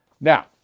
Now